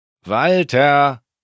Walter